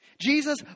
Jesus